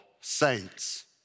saints